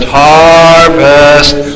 harvest